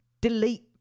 delete